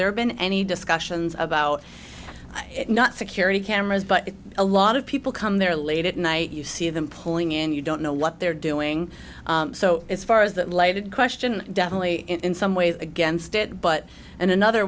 there been any discussions about not security cameras but a lot of people come there late at night you see them pulling in you don't know what they're doing so as far as that lighted question definitely in some ways against it but in another